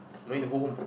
no need to go home